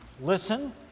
Listen